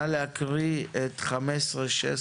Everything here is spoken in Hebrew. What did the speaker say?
נא להקריא את סעיפים 15, 16,